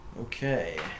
Okay